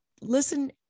listen